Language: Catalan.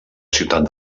ciutat